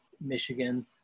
Michigan